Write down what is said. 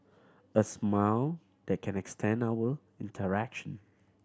a smile they can extent our interaction